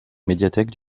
médiathèque